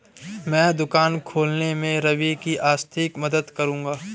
मैं दुकान खोलने में रवि की आर्थिक मदद करूंगा